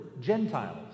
Gentiles